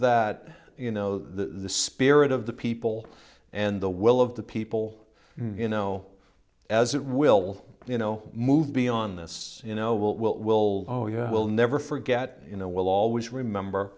that you know the spirit of the people and the will of the people you know as it will you know move beyond this you know will will will oh yeah we'll never forget you know we'll always remember